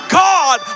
god